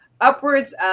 Upwards